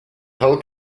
hill